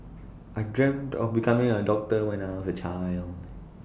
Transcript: I dreamt of becoming A doctor when I was A child